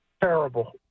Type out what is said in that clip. Terrible